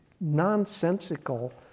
nonsensical